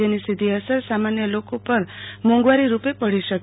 જની સીધી અસર સામાન્ય લોકો પર મોંઘવારી રૂપે પડી શકે